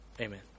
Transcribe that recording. amen